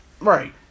Right